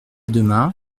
demain